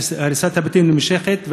הריסת הבתים נמשכת,